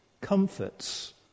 comforts